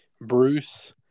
Bruce